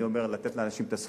אני אומר לתת לאנשים את הזכויות,